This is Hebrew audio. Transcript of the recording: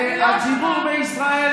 הציבור בישראל,